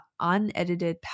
unedited